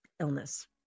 illness